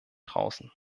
draußen